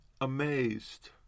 amazed